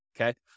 Okay